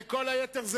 וכל היתר זה